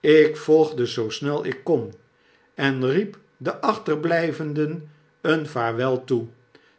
ik volgde zoo snel ik kon en riep den achterblijvenden een vaarwel toe